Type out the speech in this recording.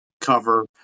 cover